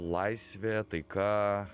laisvė taika